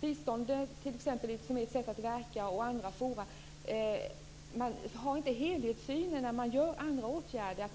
Biståndet är ett sätt att verka, och det finns andra sätt. Man har inte helhetssynen när man vidtar andra åtgärder.